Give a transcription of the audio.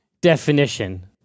definition